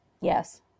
Yes